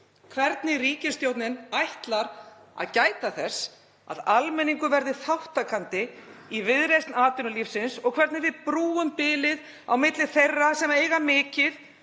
Hvernig ríkisstjórnin ætlar að gæta þess að almenningur verði þátttakandi í viðreisn atvinnulífsins og hvernig við brúum bilið milli þeirra sem eiga mikið